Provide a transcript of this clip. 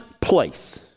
place